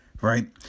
right